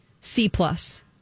C-plus